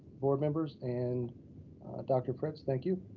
board members, and dr. fritz, thank you.